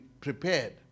prepared